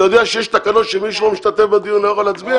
אתה יודע שיש תקנות שמי שלא משתתף בדיון לא יכול להצביע?